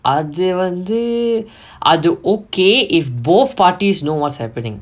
அது வந்து அது:athu vanthu athu okay if both parties know what's happening